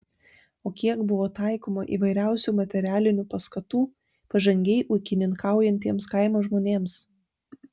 o kiek buvo taikoma įvairiausių materialinių paskatų pažangiai ūkininkaujantiems kaimo žmonėms